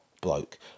bloke